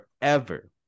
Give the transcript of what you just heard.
forever